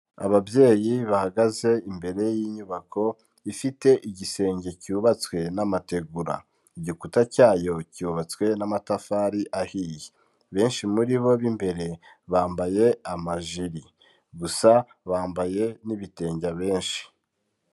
Ababyeyi bahagaze imbere y'inyubako ifite igisenge cyubatswe n'amategura, igikuta cyayo cyubatswe n'amatafari ahiye, benshi muri bo b'imbere bambaye amajiri gusa bambaye n'ibitenge benshi.